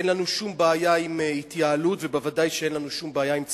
אין לנו שום בעיה עם התייעלות ובוודאי שאין לנו שום בעיה עם צמיחה,